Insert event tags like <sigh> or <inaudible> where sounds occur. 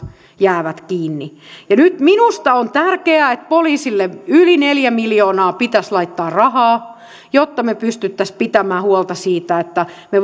jäävät kiinni ja nyt minusta on tärkeää että poliisille yli neljä miljoonaa pitäisi laittaa rahaa jotta me pystyisimme pitämään huolta siitä että me <unintelligible>